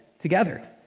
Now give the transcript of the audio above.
together